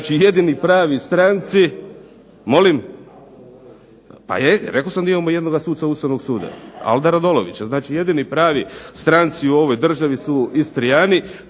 jedini pravi stranci u ovoj državi su Istrijani,